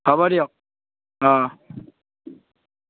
হ'ব দিয়ক অ